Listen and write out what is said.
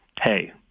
hey